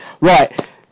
Right